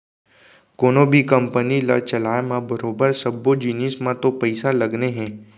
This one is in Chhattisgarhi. कोनों भी कंपनी ल चलाय म बरोबर सब्बो जिनिस म तो पइसा लगने हे